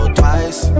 twice